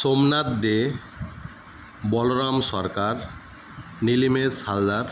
Somnath De Balaram Sarkar Nilimesh Haldar